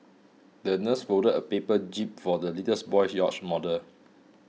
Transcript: the nurse folded a paper jib for the littles boy's yacht model